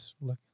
look